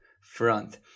front